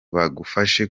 bagufashe